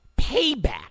payback